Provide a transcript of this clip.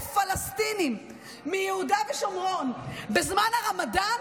פלסטינים מיהודה ושומרון בזמן הרמדאן,